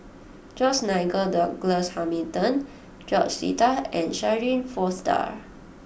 George Nigel Douglas Hamilton George Sita and Shirin Fozdar